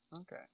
Okay